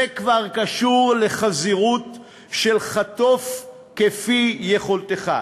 זה כבר קשור לחזירות של "חטוף כפי יכולתך".